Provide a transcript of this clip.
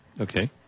Okay